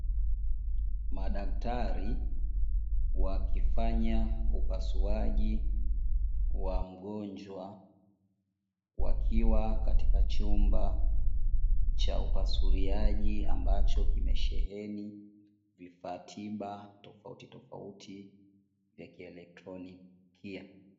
Madaktari wakifanya upasuaji wa mgonjwa wakiwa katika chumba cha upasuliaji, ambacho kimesheheni vifaa tiba tofautitofauti vya kielektroniki.